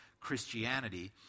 Christianity